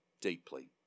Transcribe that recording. deeply